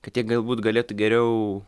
kad jie galbūt galėtų geriau